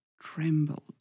trembled